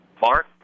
Mark